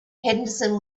henderson